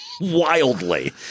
wildly